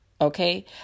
okay